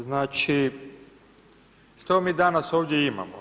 Znači, što mi danas ovdje imamo?